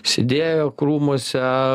sėdėjo krūmuose